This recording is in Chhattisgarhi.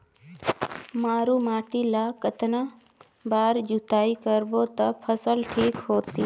मारू माटी ला कतना बार जुताई करबो ता फसल ठीक होती?